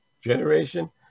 generation